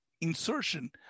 insertion